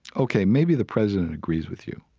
ok, maybe the president agrees with you.